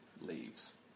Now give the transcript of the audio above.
leaves